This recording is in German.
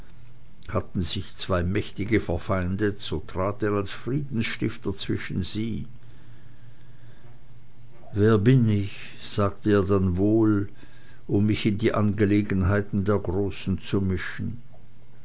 hatten sich zwei mächtige verfeindet so trat er als friedensstifter zwischen sie wer bin ich sagte er dann wohl um mich in die angelegenheiten der großen zu mischen